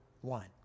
one